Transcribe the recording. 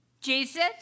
Jesus